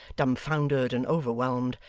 dumbfoundered, and overwhelmed,